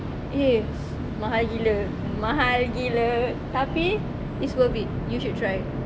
eh mahal gila mahal gila tapi it's worth it you should try